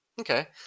Okay